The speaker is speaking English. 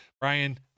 brian